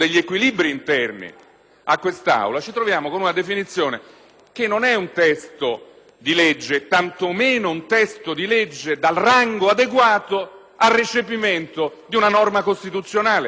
all'Assemblea, ci troviamo con una definizione che non è propria di un testo di legge e tanto meno di un testo di legge di rango adeguato al recepimento di una norma costituzionale. Tra